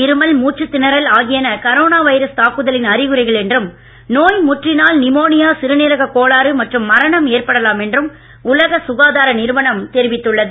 இருமல் மூச்சு திணறல் ஆகியன கரோனா வைரஸ் தாக்குதலின் அறிகுறிகள் என்றும் நோய் முற்றினால் நிமோனியா சிறுநீரக கோளாறு மற்றும் மரணம் ஏற்படலாம் என்றும் உலக சுகாதார நிறுவனம் தெரிவித்துள்ளது